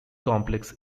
complex